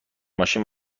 ماشین